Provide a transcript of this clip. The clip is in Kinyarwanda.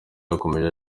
yakomeje